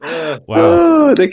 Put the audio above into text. Wow